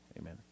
Amen